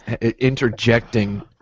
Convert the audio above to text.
interjecting